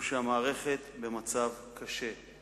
הוא שהמערכת במצב קשה,